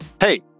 Hey